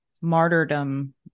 martyrdom